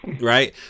Right